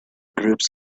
groups